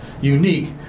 unique